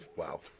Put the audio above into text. Wow